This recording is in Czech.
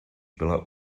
byla